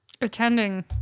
attending